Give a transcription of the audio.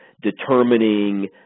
determining